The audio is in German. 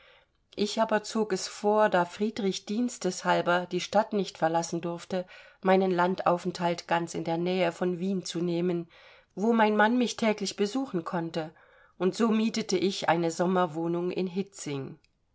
ich aber zog es vor da friedrich diensteshalber die stadt nicht verlassen durfte meinen landaufenthalt ganz in der nähe von wien zu nehmen wo mein mann mich täglich besuchen konnte und so mietete ich eine sommerwohnung in hitzing